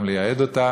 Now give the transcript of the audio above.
גם לייהד אותה,